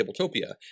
Tabletopia